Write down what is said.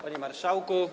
Panie Marszałku!